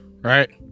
right